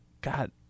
God